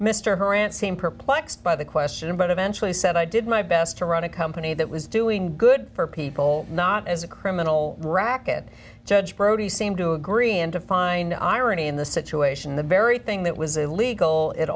mr her aunt seemed perplexed by the question but eventually said i did my best to run a company that was doing good for people not as a criminal racket judge brody seemed to agree and to find irony in the situation the very thing that was illegal it